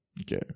Okay